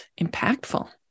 impactful